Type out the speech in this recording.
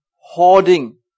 hoarding